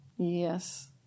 Yes